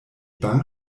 bank